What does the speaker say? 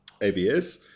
ABS